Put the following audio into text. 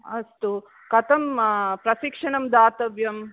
अस्तु कथं प्रशिक्षणं दातव्यम्